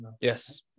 yes